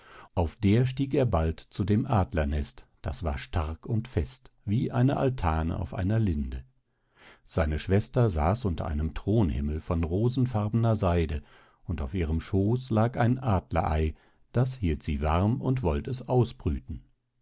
auf der stieg er bald zu dem adlernest das war stark und fest wie eine altane auf einer linde seine schwester saß unter einem thronhimmel von rosenfarbener seide und auf ihrem schooß lag ein adlerei das hielt sie warm und wollt es ausbrüten